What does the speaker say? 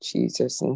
Jesus